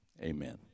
Amen